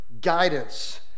guidance